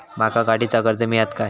माका गाडीचा कर्ज मिळात काय?